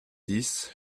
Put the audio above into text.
dix